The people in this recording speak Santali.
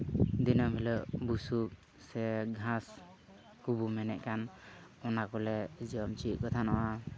ᱫᱤᱱᱟᱹᱢ ᱦᱤᱞᱳᱜ ᱵᱩᱥᱩᱯ ᱥᱮ ᱜᱷᱟᱸᱥ ᱠᱚᱵᱚ ᱢᱮᱱᱮᱫ ᱠᱟᱱ ᱚᱱᱟ ᱠᱚᱞᱮ ᱡᱚᱢ ᱦᱚᱪᱚᱭᱮᱫ ᱠᱚ ᱛᱟᱦᱮᱱᱚᱜᱼᱟ